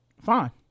fine